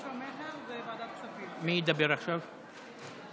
(תיקון מס' 9),